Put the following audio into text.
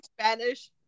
Spanish